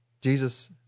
Jesus